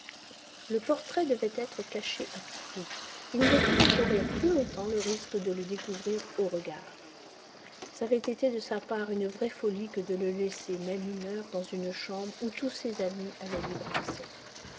le portrait devait être caché à tout prix il ne pouvait courir plus longtemps le risque de le découvrir aux regards ç'avait été de sa part une vraie folie que de le laisser même une heure dans une chambre où tous ses amis avaient libre accès